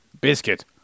Biscuit